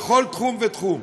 בכל תחום ותחום,